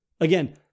again